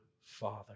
Father